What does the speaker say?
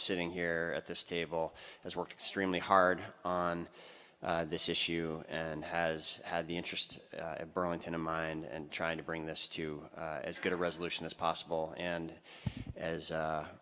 sitting here at this table has worked extremely hard on this issue and has had the interest of burlington in my and trying to bring this to as good a resolution as possible and as